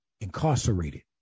incarcerated